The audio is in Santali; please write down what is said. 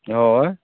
ᱦᱚᱭ